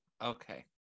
Okay